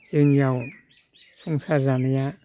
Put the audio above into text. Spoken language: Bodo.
जोंनियाव संसार जानाया